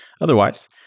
Otherwise